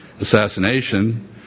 Assassination